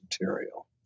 material